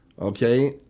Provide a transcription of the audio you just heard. Okay